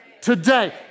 today